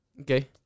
Okay